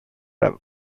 rev